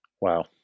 Wow